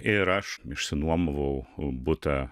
ir aš išsinuomavau butą